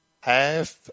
half